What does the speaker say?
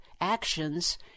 actions